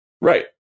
right